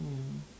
mm